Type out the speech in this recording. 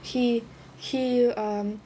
h~ he um